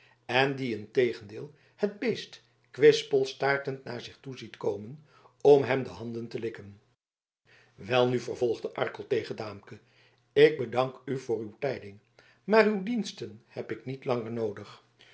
en die integendeel het beest kwispelstaartend naar zich toe ziet komen om hem de handen te likken welnu vervolgde arkel tegen daamke ik bedank u voor uw tijding maar uw diensten heb ik niet langer noodig